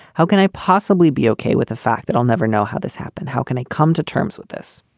how can i possibly be okay with the fact that i'll never know how this happened? how can i come to terms with this?